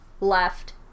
left